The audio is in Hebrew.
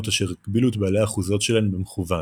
אשר הגבילו את בעלי האחוזות שלהן במכוון.